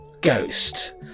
ghost